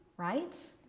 right?